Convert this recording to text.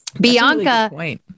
Bianca